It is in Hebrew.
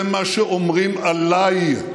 זה מה שאומרים עליי,